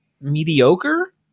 mediocre